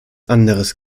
anderes